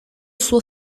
suo